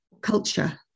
culture